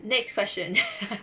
next question